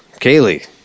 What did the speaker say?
Kaylee